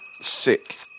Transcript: Sick